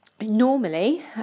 normally